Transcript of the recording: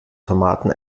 tomaten